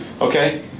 Okay